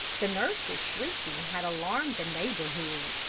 the nurse's shrieking had alarmed the neighborhood.